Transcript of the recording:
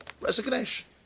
Resignation